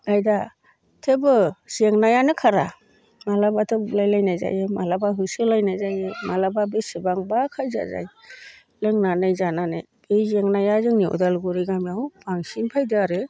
ओमफ्राय दा थेवबो जेंनायानो खारा माब्लाबाथ' बुलाय लायनाय जायो माब्लाबा होसोलायनाय जायो माब्लाबा बेसेबांबा खायजा जायो लोंनानै जानानै बे जेंनाया जोंनि उदालगुरि गामियाव बांसिन फैदों आरो